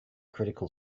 critical